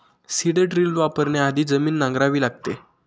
seed drill वापरण्याआधी जमीन नांगरावी लागते